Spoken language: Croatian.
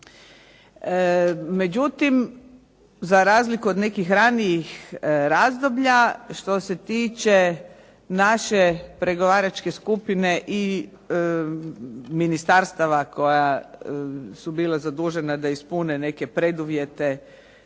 Međutim, za razliku od nekih ranijih razdoblja što se tiče naše pregovaračke skupine i ministarstava koja su bila zadužena da ispune neke preduvjete